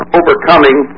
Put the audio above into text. overcoming